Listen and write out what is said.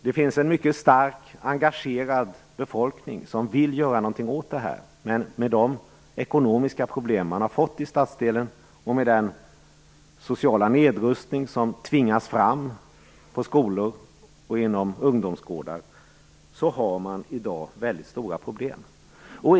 Det finns en mycket stark, engagerad befolkning som vill göra någonting åt det här, men med de ekonomiska problem man har fått i stadsdelen och med den sociala nedrustning som tvingas fram på skolor och ungdomsgårdar har man i dag väldigt stora problem.